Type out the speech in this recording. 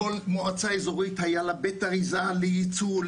לכל מועצה אזורית היה בית אריזה לייצוא,